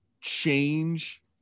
change